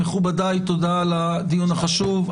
מכובדיי תודה על הדיון החשוב,